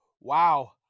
wow